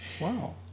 Wow